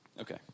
Okay